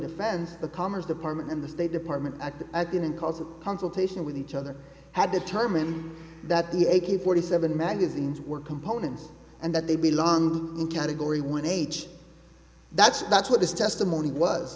defense the commerce department and the state department i've been in calls of consultation with each other had determined that the ag forty seven magazines were components and that they belong in category one age that's that's what his testimony was